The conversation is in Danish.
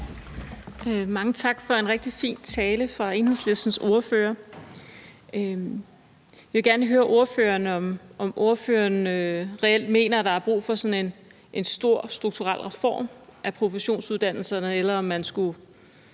Mange tak for en rigtig fin tale fra Enhedslistens ordfører. Jeg vil gerne høre ordføreren, om ordføreren reelt mener, at der er brug for sådan en stor strukturel reform af professionsuddannelserne, eller om man skulle